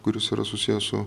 kuris yra susijęs su